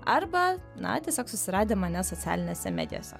arba na tiesiog susiradę mane socialinėse medijose